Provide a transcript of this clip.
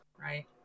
right